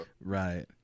right